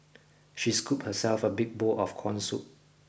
she scooped herself a big bowl of corn soup